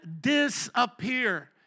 disappear